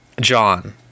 John